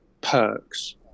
perks